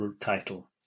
title